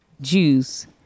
Jews